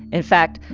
in fact,